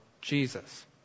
Jesus